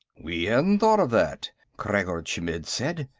we hadn't thought of that, khreggor chmidd said.